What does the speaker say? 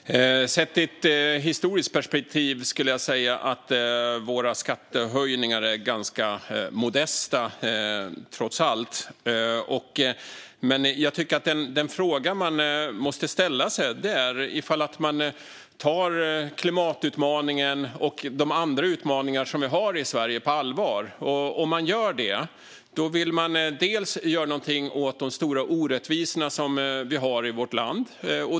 Fru talman! Sett i ett historiskt perspektiv skulle jag säga att våra skattehöjningar trots allt är ganska modesta. Men jag tycker att den fråga som man måste ställa sig är om man tar klimatutmaningen och de andra utmaningar som vi har i Sverige på allvar. Om man gör det vill man göra någonting åt de stora orättvisor som vi har i vårt land.